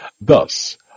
Thus